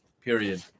period